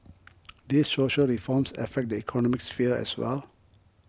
these social reforms affect the economic sphere as well